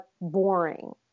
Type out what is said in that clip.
boring